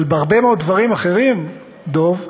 אבל בהרבה מאוד דברים אחרים, דב חנין,